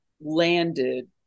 landed